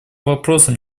вопросам